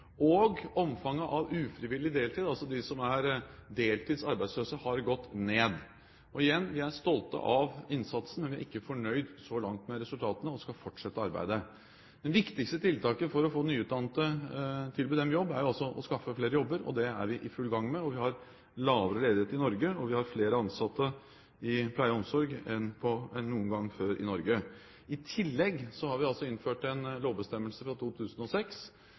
Og omfanget av ufrivillig deltid, altså de som er deltids arbeidsløse, har gått ned. Og igjen: Vi er stolte av innsatsen, men vi er ikke fornøyd så langt med resultatene, og vi skal fortsette arbeidet. Det viktigste tiltaket for å kunne tilby nyutdannede jobb, er altså å skaffe flere jobber, og det er vi i full gang med. Vi har lavere ledighet, og flere ansatte i pleie og omsorg enn noen gang før i Norge. I tillegg har vi altså innført en lovbestemmelse fra 2006